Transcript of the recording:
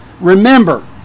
Remember